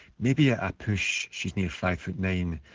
maybe at a push, she's near five foot nine,